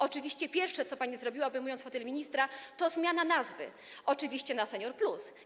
Oczywiście pierwsze, co pani zrobiła, obejmując fotel ministra, to zmiana nazwy, oczywiście na „Senior+”